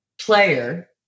player